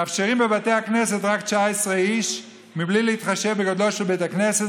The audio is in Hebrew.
מאפשרים בבתי הכנסת רק 19 איש בלי להתחשב בגודלו של בית הכנסת,